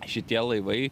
šitie laivai